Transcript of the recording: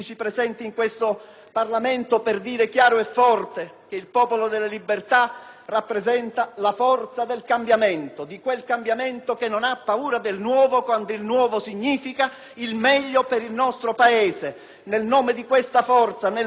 rappresenta la forza del cambiamento, di quel cambiamento che non ha paura del nuovo, quando il nuovo significa il meglio per il nostro Paese. Nel nome di questa forza, nel nome di questo Presidente del Consiglio e dei consensi ricevuti, dovremo andare avanti su questa strada,